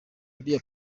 buriya